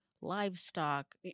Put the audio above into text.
livestock